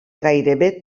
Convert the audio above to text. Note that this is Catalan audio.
gairebé